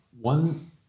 One